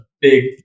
big